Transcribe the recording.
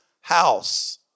house